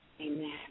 Amen